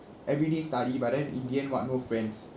every day study but then in the end what no friends